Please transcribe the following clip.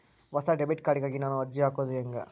ಹೊಸ debit card ಗಾಗಿ ನಾನು ಅರ್ಜಿ ಹಾಕೊದು ಹೆಂಗ?